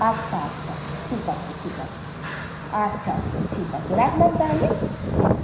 আচ্ছা আচ্ছা ঠিক আছে ঠিক আছে আচ্ছা আচ্ছা ঠিক আছে রাখলাম তাহলে হ্যাঁ